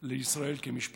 לישראל כ'משפחה',